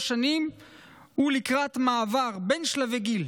שנים הוא לקראת מעבר בין שלבי הגיל,